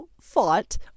fought